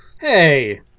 Hey